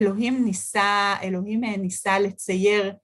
‫אלוהים ניסה... אלוהים ניסה לצייר.